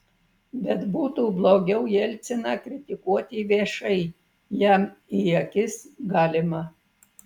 bet būtų blogiau jelciną kritikuoti viešai jam į akis galima